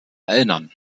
erinnern